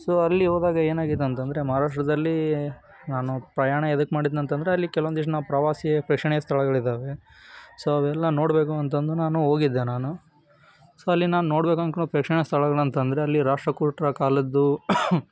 so ಅಲ್ಲಿ ಹೋದಾಗ ಏನಾಗಿದೆ ಅಂತ ಅಂದ್ರೆ ಮಹಾರಾಷ್ಟ್ರದಲ್ಲಿ ನಾನು ಪ್ರಯಾಣ ಎದಕ್ಕೆ ಮಾಡಿದೆನಂತಂದ್ರೆ ಅಲ್ಲಿ ಕೆಲವೊಂದಷ್ಟು ನಾವು ಪ್ರವಾಸಿ ಪ್ರೇಕ್ಷಣೀಯ ಸ್ಥಳಗಳಿದ್ದಾವೆ ಸೊ ಅವೆಲ್ಲ ನೋಡಬೇಕು ಅಂತಂದು ನಾನು ಹೋಗಿದ್ದೆ ನಾನು ಸೊ ಅಲ್ಲಿ ನಾನು ನೋಡಬೇಕು ಅಂದ್ಕೊಂಡಿದ್ದು ಪ್ರೇಕ್ಷಣೀಯ ಸ್ಥಳಗಳು ಅಂತ ಅಂದ್ರೆ ಅಲ್ಲಿ ರಾಷ್ಟ್ರಕೂಟರ ಕಾಲದ್ದು